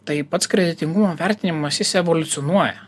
tai pats kreditingumo vertinimas jis evoliucionuoja